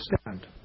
stand